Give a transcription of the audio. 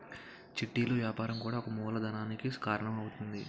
చిట్టీలు వ్యాపారం కూడా ఒక మూలధనానికి కారణం అవుతుంది